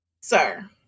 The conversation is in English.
sir